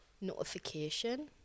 notification